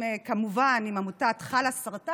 כמובן ביחד עם עמותת חלאסרטן,